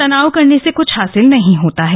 तनाव करने से कुछ हासिल नहीं होता है